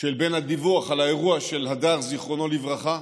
שבין הדיווח על האירוע של הדר, זיכרונו לברכה,